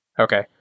okay